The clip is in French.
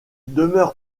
demeure